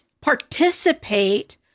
participate